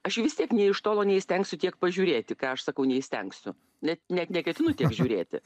aš vis tiek nė iš tolo neįstengsiu tiek pažiūrėti ką aš sakau neįstengsiu net net neketinu tiek žiūrėti